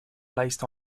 placed